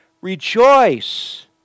Rejoice